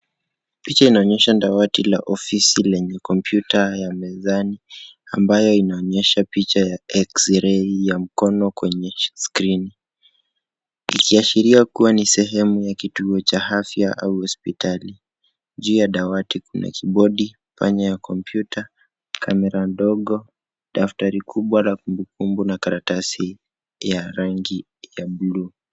Picha inaonyesha dawati la ofisi lenye kompyuta ya mezani ambayo inaonyesha picha ya eksirei ya mkono kwenye skrini ikiashiria kuwa ni sehemu ya kituo cha afya au hospitali. Juu ya dawati kuna kibodi, panya ya kompyuta, kamera ndogo, daftari kubwa na kumbukumbu na karatasi ya rangi ya bluu.